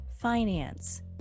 finance